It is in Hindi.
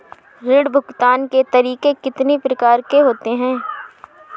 ऋण भुगतान के तरीके कितनी प्रकार के होते हैं?